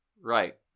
Right